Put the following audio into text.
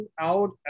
out